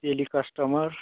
daily customer